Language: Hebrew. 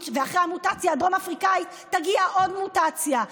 ואחרי המוטציה הדרום-אפריקאית תגיע עוד מוטציה,